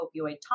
opioid